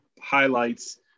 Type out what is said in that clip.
highlights